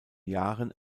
jahren